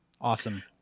awesome